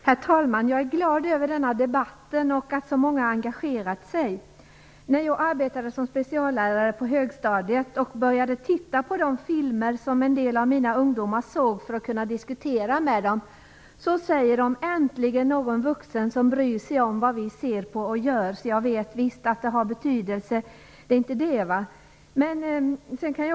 Herr talman! Jag är glad över denna debatt och över att så många har engagerat sig. När jag arbetade som speciallärare på högstadiet och började titta på de filmer som en del av mina ungdomar såg, för att kunna diskutera med dem, sade de: Äntligen är det någon vuxen som bryr sig om vad vi ser på och gör! Jag vet alltså visst att det har betydelse.